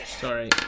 sorry